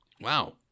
Wow